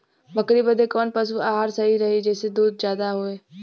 बकरी बदे कवन पशु आहार सही रही जेसे दूध ज्यादा होवे?